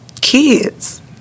kids